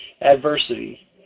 adversity